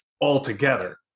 altogether